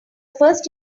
first